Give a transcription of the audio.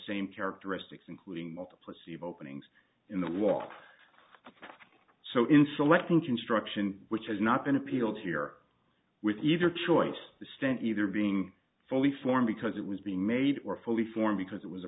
same characteristics including multiplicity of openings in the wall so in selecting construction which has not been appealed here with either choice the stent either being fully formed because it was being made or fully formed because it was a